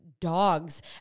dogs